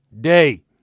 day